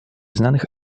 znanych